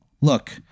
Look